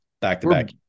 back-to-back